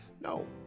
No